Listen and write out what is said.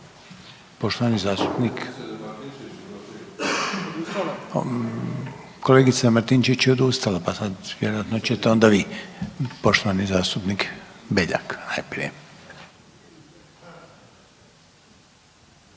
se ne razumije/… kolegica Martinčević je odustala, pa sad vjerojatno ćete onda vi, poštovani zastupnik Beljak najprije.